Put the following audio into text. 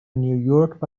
نیویورک